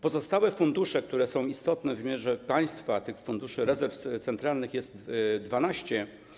Pozostałe fundusze, które są istotne w wymiarze państwa - tych funduszy, rezerw centralnych jest 12.